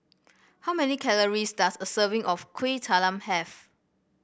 how many calories does a serving of Kuih Talam have